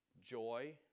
joy